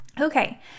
Okay